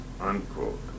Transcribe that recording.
unquote